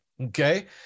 Okay